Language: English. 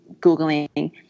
Googling